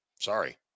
Sorry